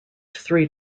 three